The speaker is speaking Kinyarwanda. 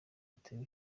atewe